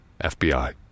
FBI